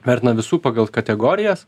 vertina visų pagal kategorijas